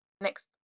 next